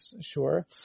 sure